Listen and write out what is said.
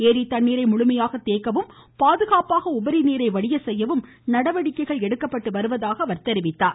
ஏரி தண்ணீரை முழுமையாக தேக்கவும் பாதுகாப்பாக உபரி நீரை வடிய செய்யவும் நடவடிக்கை எடுக்கப்பட்டுள்ளதாக தெரிவித்தார்